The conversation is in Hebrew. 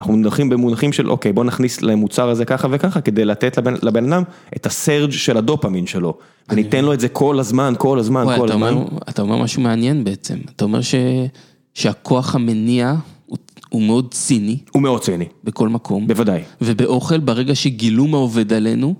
אנחנו מונחים במונחים של אוקיי, בוא נכניס למוצר הזה ככה וככה כדי לתת לבן אדם את הסרג' של הדופמין שלו. וניתן לו את זה כל הזמן, כל הזמן, כל הזמן. אתה אומר משהו מעניין בעצם, אתה אומר שהכוח המניע הוא מאוד ציני. הוא מאוד ציני. בכל מקום. בוודאי. ובאוכל ברגע שגילו מה עובד עלינו.